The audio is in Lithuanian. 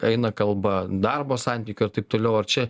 eina kalba darbo santykių ar taip toliau ar čia